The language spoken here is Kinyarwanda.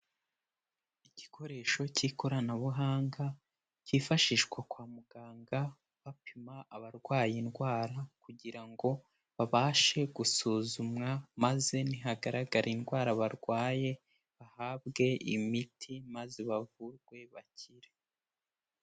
Igikoresho cy'ikoranabuhanga cyifashishwa kwa muganga bapima abarwaye indwara, kugira ngo babashe gusuzumwa, maze nihagaragara indwara barwaye bahabwe imiti maze bavurwe bakire.